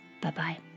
Bye-bye